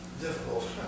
difficult